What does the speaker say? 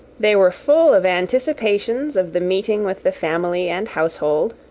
they were full of anticipations of the meeting with the family and household,